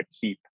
keep